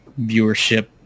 viewership